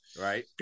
Right